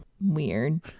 Weird